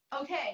okay